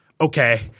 okay